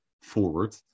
forward